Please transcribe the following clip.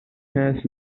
has